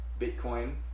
Bitcoin